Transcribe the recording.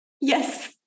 Yes